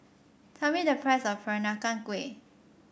tell me the price of Peranakan Kueh